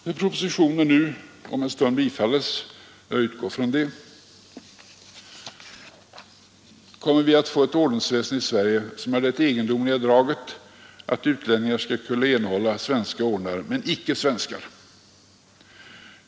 När propositionen nu om en stund bifalles — jag utgår från det — kommer vi att få ett ordensväsen som har det egendomliga draget att utlänningar skall kunna erhålla svenska ordnar men icke svenskar.